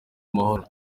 amahoro